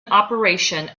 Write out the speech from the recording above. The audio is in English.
operation